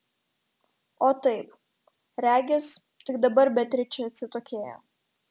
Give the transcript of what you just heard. o taip regis tik dabar beatričė atsitokėjo